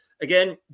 again